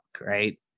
right